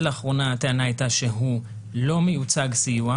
לאחרונה הטענה הייתה שהוא לא מיוצג סיוע,